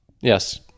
yes